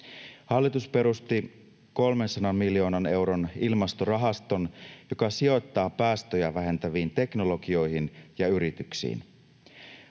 Hallitus perusti 300 miljoonan euron ilmastorahaston, joka sijoittaa päästöjä vähentäviin teknologioihin ja yrityksiin.